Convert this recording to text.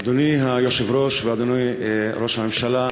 אדוני היושב-ראש ואדוני ראש הממשלה,